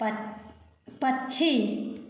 प पछी